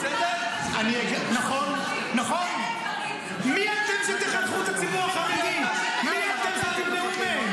אתה יודע, אתה ראית, אתה --- אתה קצת לומד ממנו.